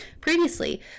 Previously